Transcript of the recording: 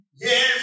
Yes